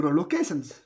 locations